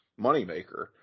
moneymaker